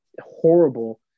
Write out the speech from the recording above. horrible